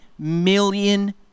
Million